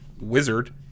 wizard